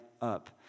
up